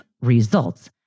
results